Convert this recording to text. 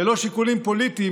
ללא שיקולים פוליטיים,